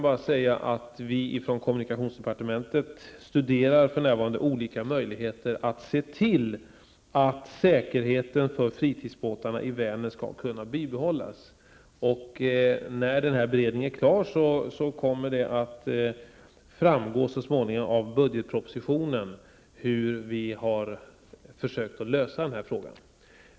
På kommunikationsdepartementet studerar vi olika möjligheter att se till att säkerheten för fritidsbåtarna på Vänern bibehålls. När beredningen är klar kommer det så småningom att framgå i budgetpropositionen hur vi har försökt lösa den här frågan.